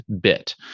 bit